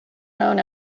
known